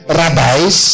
rabbis